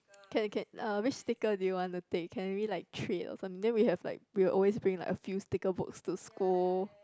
can can uh which sticker do you wanna take can we like trade or some then we have like we will always bring like a few sticker books to school